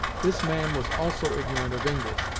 this man was also ignorant of english,